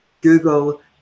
Google